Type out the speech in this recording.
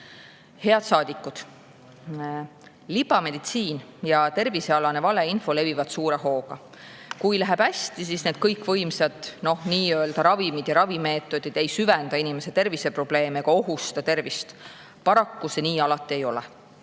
Head saadikud! Libameditsiin ja tervisealane valeinfo levivad suure hooga. Kui läheb hästi, siis need nii-öelda kõikvõimsad ravimid ja ravimeetodid ei süvenda inimese terviseprobleeme ega ohusta tervist. Paraku see nii alati ei ole.